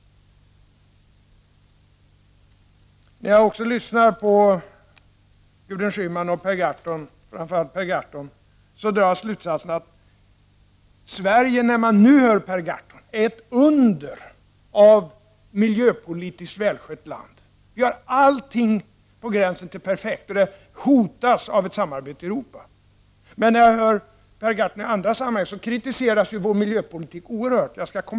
När jag lyssnar på Gudrun Schyman och Per Gahrton - framför allt Per Gahrton - drar jag slutsatsen att Sverige nu framstår som ett under när det gäller att på bästa sätt sköta miljöpolitiken. Allt som vi gör är upp på gränsen till det perfekta, och detta skulle hotas av ett samarbete med Europa. Men i andra sammanhang kritiserar Per Gahrton vår miljöpolitik oerhört starkt.